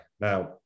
now